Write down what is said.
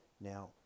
Now